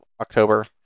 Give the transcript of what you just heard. october